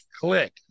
click